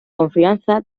confianza